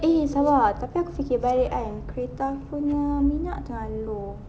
eh salah tapi aku fikir balik kan kereta aku punya minyak tengah low